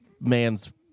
man's